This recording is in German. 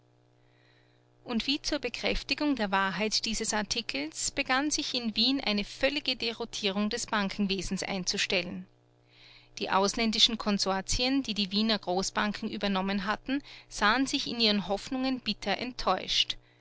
und wie zur bekräftigung der wahrheit dieses artikels begann sich in wien eine völlige deroutierung des bankenwesens einzustellen die ausländischen konsortien die die wiener großbanken übernommen hatten sahen sich in ihren hoffnungen bitter enttäuscht